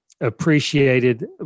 appreciated